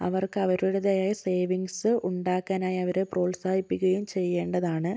അവർക്ക് അവരുടേതായ സേവിങ്സ് ഉണ്ടാക്കാനായി അവരെ പ്രോത്സാഹിപ്പിക്കുകയും ചെയ്യേണ്ടതാണ്